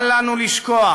אל לנו לשכוח